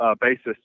basis